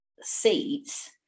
seats